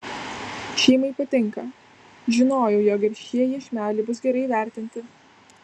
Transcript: šeimai patinka žinojau jog ir šie iešmeliai bus gerai įvertinti